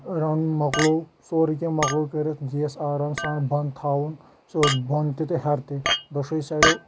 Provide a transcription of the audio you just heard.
رَنُن مۄکلو سورُے کیٚنٛہہ مۄکلو کٔرِتھ گیس آرام سان بنٛد تھاوُن سیوٚد بۄن تہِ تہٕ ہٮ۪رۍ تہِ دۄشوَے سایڈو